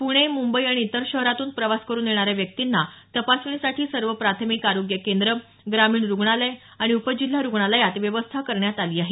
पुणे मुंबई आणि इतर शहरातून प्रवास करुन येणाऱ्या व्यक्तींना तपासणीसाठी सर्व प्राथमिक आरोग्य केंद्र ग्रामीण रुग्णालय आणि उपजिल्हा रुग्णालयात तपासणीची व्यवस्था करण्यात आली आहे